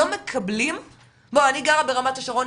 לא מקבלים - בוא אני גרה ברמת השרון,